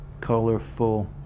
colorful